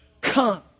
Come